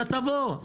אתה תבוא.